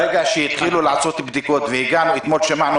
ברגע שהתחילו לעשות בדיקות והגענו אתמול שמענו